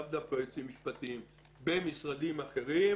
לאו דווקא יועצים משפטיים במשרדים אחרים,